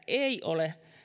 ei ole